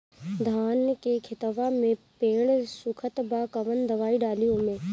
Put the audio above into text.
धान के खेतवा मे पेड़ सुखत बा कवन दवाई डाली ओमे?